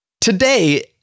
today